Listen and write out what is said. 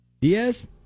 Diaz